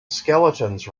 skeletons